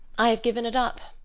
i have given it up.